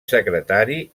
secretari